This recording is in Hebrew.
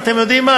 אתם יודעים מה?